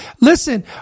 listen